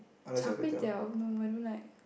Char-Kway-Teow no I don't like